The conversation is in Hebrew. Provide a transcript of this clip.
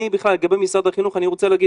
לגבי משרד החינוך אני רוצה להגיד,